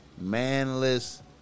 manless